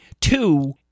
Two